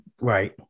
Right